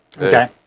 Okay